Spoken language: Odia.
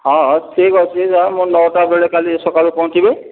ହଁ ହଉ ଠିକ ଅଛି ସାର୍ ମୁଁ ନଅଟା ବେଳେ କାଲି ସକାଳୁ ପହଁଞ୍ଚିବି